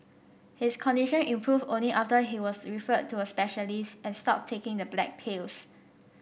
his condition improved only after he was referred to a specialist and stopped taking the black pills